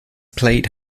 played